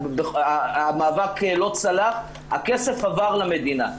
המאבק לא צלח, הכסף עבר למדינה.